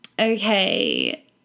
okay